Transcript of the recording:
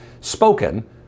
spoken